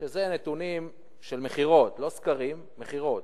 שזה נתונים של מכירות, לא סקרים, מכירות,